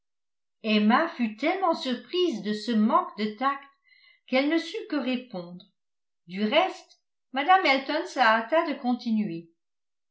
emma fut tellement surprise de ce manque de tact qu'elle ne sut que répondre du reste mme elton se hâta de continuer